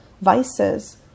vices